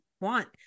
want